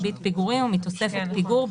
לגביית קנסות,